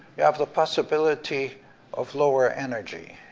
you have the possibility of lower energy,